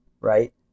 right